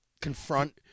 confront